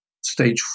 stage